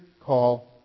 call